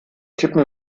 tippen